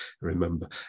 remember